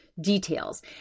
details